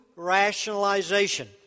rationalization